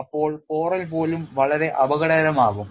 അപ്പോൾ പോറലുകൾ പോലും വളരെ അപകടകരമാകും